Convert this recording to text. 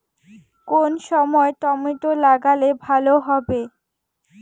কোন সময় টমেটো লাগালে ভালো হবে?